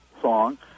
song